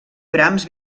brahms